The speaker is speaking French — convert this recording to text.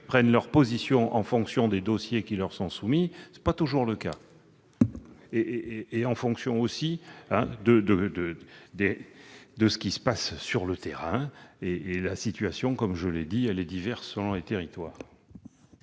prennent leur décision en fonction des dossiers qui leur sont soumis ? Ce n'est pas toujours le cas, et l'avis peut être fonction de ce qui se passe sur le terrain. La situation, comme je l'ai dit, est diverse selon les territoires.